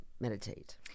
meditate